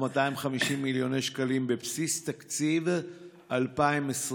250 מיליוני שקלים בבסיס תקציב 2021?